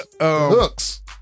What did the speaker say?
hooks